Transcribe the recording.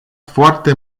foarte